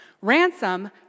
Ransom